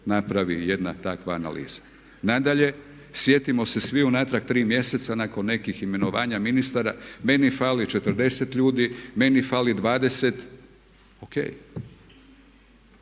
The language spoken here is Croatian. napravi jedna takva analiza. Nadalje, sjetimo se svi unatrag 3 mjeseca nakon nekih imenovanja ministara meni fali 40 ljudi, meni fali 20. OK,